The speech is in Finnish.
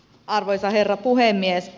arvoisa herra puhemies